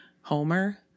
Homer